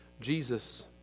Jesus